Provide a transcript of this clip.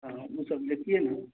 हाँ वो सब देखिए ना